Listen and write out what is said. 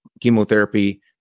chemotherapy